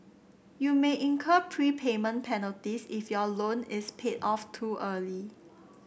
you may incur prepayment penalties if your loan is paid off too early